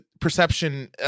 perception